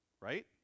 Right